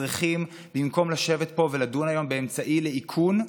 במקום לשבת פה ולדון היום באמצעי לאיכון,